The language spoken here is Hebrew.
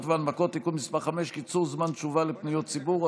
והנמקות) (תיקון מס' 5) (קיצור זמן תשובה לפניות ציבור),